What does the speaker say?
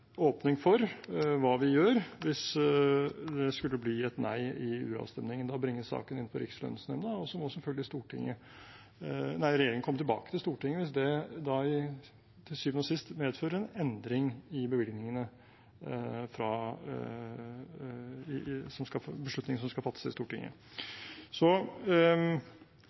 åpning for hva vi gjør hvis det skulle bli et nei i uravstemningen. Da bringes saken inn for rikslønnsnemnda, og så må selvfølgelig regjeringen komme tilbake til Stortinget hvis det da til syvende og sist medfører en endring i bevilgningene, en beslutning som skal fattes i Stortinget.